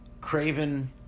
Craven